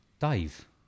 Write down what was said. dave